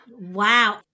Wow